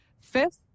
Fifth